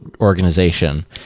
organization